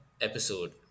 episode